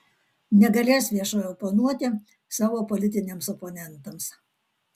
negalės viešai oponuoti savo politiniams oponentams